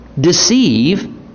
deceive